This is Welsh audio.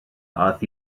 aeth